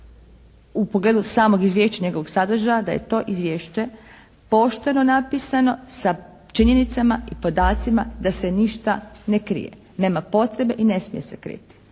u pogledu samog izvješća i njegovog sadržaja da je to izvješće pošteno napisano, sa činjenicama i podacima da se ništa ne krije. Nema potrebe i ne smije se kriti.